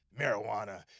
marijuana